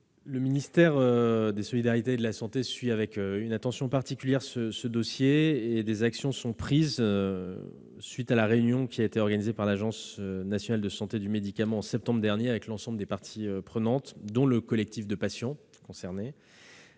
le ministère des solidarités et de la santé suit ce dossier avec une attention particulière. Des actions sont prises, à la suite de la réunion organisée par l'Agence nationale de sécurité du médicament (ANSM) en septembre dernier avec l'ensemble des parties prenantes, dont le collectif de patients concernés,